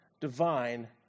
divine